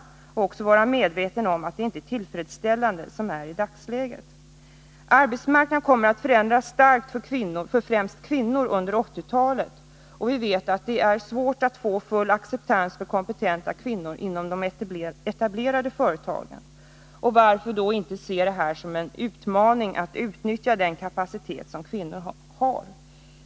Han borde även vara medveten om att det inte är tillfredsställande som det är i dagens läge. Arbetsmarknaden kommer att förändras starkt under 1980-talet, främst för kvinnor. Vi vet att det är svårt att få full acceptans för kompetenta kvinnor inom de etablerade företagen. Varför då inte se det här som en utmaning och utnyttja den kapacitet som kvinnor har?